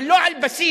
אבל לא על בסיס